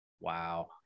Wow